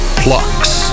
plucks